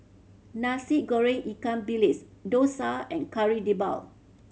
Nasi Goreng ikan bilis dosa and Kari Debal